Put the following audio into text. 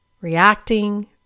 reacting